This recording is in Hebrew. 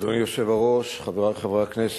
אדוני היושב-ראש, חברי חברי הכנסת,